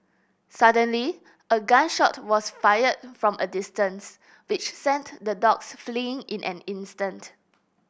suddenly a gun shot was fired from a distance which sent the dogs fleeing in an instant